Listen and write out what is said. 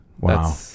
Wow